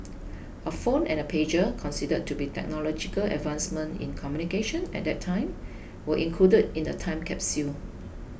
a phone and pager considered to be technological advancements in communication at that time were included in the time capsule